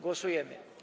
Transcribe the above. Głosujemy.